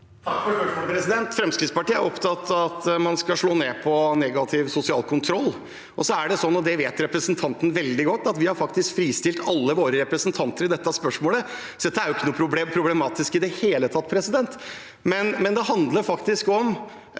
Takk for spørsmål- et. Fremskrittspartiet er opptatt av at man skal slå ned på negativ sosial kontroll. Så er det sånn, og det vet representanten veldig godt, at vi har fristilt alle våre representanter i dette spørsmålet, så det er ikke noe problematisk i det hele tatt. Det handler om